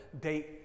date